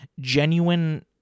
genuine